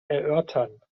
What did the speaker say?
erörtern